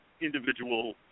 individual